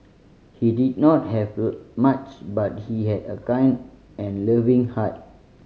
he did not have much but he had a kind and loving heart